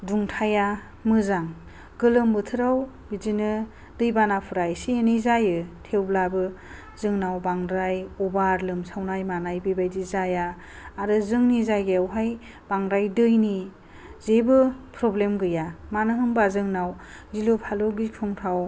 दुंथाइया मोजां गोलोम बोथाराव बिदिनो दै बानाफ्रा एसे एनै जायो थेवब्लाबो जोंनाव बांद्राय अभार लोमसावनाय मानाय बेबायदि जाया आरो जोंनि जायगायाव हाय बांद्राय दैनि जेबो प्रब्लेम गैया मानो होनबा जोंनाव गिलु फालु गिख्रंथाव